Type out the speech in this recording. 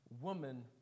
Woman